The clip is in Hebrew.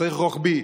צריך רוחבי.